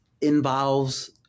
involves